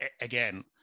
again